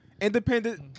Independent